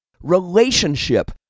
Relationship